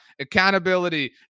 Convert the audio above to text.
accountability